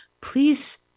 please